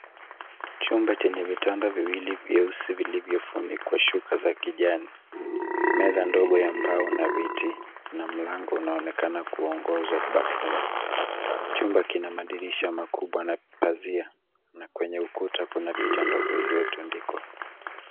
Chumba chenye vitanda viwili vyeusi vilivyofunikwa shuka za kijani. Meza ndogo ya mbao na viti na mlango unaoonekana kuongoza bafuni. Chumba kina madirisha makubwa na pazia. Na kwenye ukuta kuna picha ndogo iliyotundikwa.